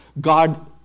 God